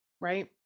Right